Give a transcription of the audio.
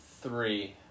three